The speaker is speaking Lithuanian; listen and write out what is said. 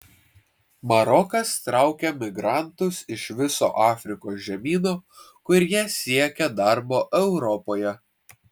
marokas traukia migrantus iš viso afrikos žemyno kurie siekia darbo europoje